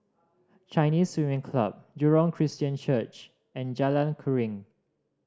Chinese Swimming Club Jurong Christian Church and Jalan Keruing